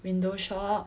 window shop